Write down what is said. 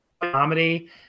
comedy